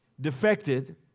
defected